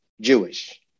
Jewish